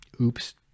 Oops